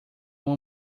uma